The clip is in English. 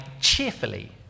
cheerfully